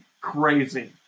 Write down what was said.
crazy